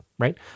Right